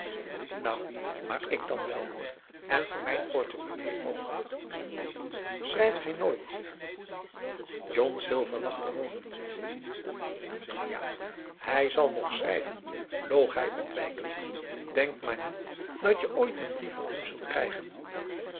nou maar ik dan wèl hoor en voor mijn portemonnaie ook aum boe akar eel chrijft hij nooit john silver lachte hoonend ja hij zal nog schrijven loog hij ontwijkend denk maar niet dat je ooit een brief van hem zult krijgen